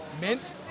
Mint